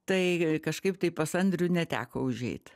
taigi kažkaip tai pas andrių neteko užeiti